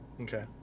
Okay